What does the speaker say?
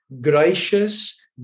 gracious